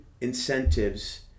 incentives